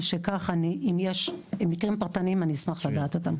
משכך, אם יש מקרים פרטניים, אשמח לדעת אותם.